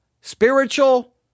spiritual